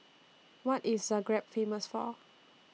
What IS Zagreb Famous For